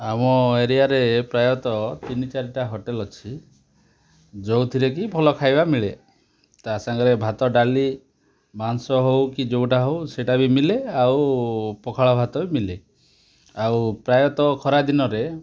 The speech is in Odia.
ଆମ ଏରିଆରେ ପ୍ରାୟତଃ ତିନି ଚାରିଟା ହୋଟେଲ ଅଛି ଯେଉଁଥିରେ କି ଭଲ ଖାଇବା ମିଳେ ତା ସାଙ୍ଗରେ ଭାତ ଡାଲି ମାଂସ ହଉ କି ଯେଉଁଟା ହଉ ସେଇଟା ବି ମିଳେ ଆଉ ପଖାଳ ଭାତ ବି ମିଲେ ଆଉ ପ୍ରାୟତଃ ଖରା ଦିନରେ